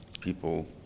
people